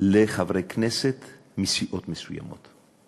לחברי כנסת מסיעות מסוימות.